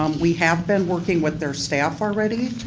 um we have been working with their staff already.